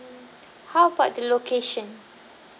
how about the location